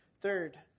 Third